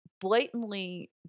blatantly